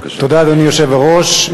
אדוני היושב-ראש,